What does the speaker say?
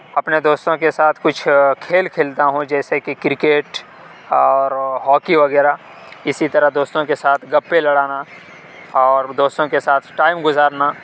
اپنے دوستوں کے ساتھ کچھ کھیل کھیلتا ہوں جیسے كہ كركٹ اور ہاكی وغیرہ اِسی طرح دوستوں كے ساتھ گپیں لڑانا اور دوستوں كے ساتھ ٹائم گُزارنا